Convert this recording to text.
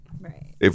Right